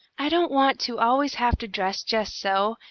i don't want to always have to dress just so,